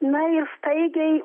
na ir staigiai